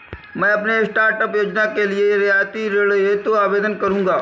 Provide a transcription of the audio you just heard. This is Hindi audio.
मैं अपने स्टार्टअप योजना के लिए रियायती ऋण हेतु आवेदन करूंगा